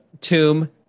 tomb